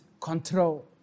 control